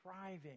thriving